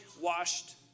washed